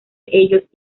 ellos